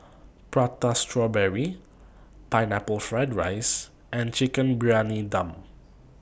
Prata Strawberry Pineapple Fried Rice and Chicken Briyani Dum